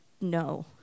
no